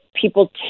people